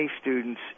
students